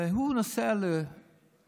והוא נוסע לאוקראינה,